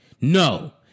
no